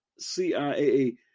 CIAA